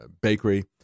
bakery